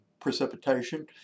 precipitation